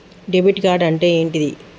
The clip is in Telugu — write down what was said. డెబిట్ కార్డ్ అంటే ఏంటిది?